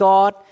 God